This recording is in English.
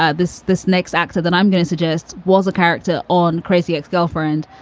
ah this this next actor that i'm going to suggest was a character on crazy ex-girlfriend.